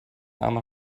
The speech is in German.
armer